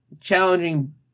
challenging